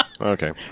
Okay